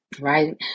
right